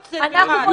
לא רוצים, מיכל.